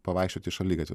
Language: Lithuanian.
pavaikščioti šaligatviu